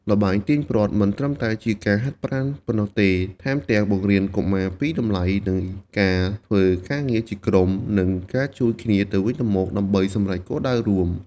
ល្បែងទាញព្រ័ត្រមិនត្រឹមតែជាការហាត់ប្រាណប៉ុណ្ណោះទេ ថែមទាំងបង្រៀនកុមារពីតម្លៃនៃការធ្វើការងារជាក្រុម និងការជួយគ្នាទៅវិញទៅមកដើម្បីសម្រេចគោលដៅរួម។